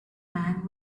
man